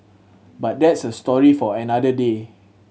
but that's a story for another day